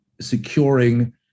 securing